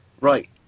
right